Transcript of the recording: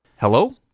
Hello